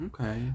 okay